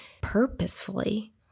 purposefully